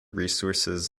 resources